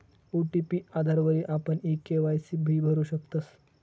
OTP आधारवरी आपण e KYC भी करु शकतस